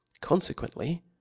Consequently